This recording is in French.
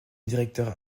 directeur